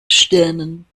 sternen